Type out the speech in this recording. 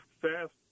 fast